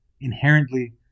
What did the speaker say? Inherently